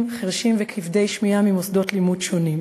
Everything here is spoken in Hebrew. חירשים וכבדי שמיעה ממוסדות לימוד שונים.